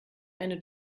eine